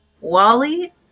Wally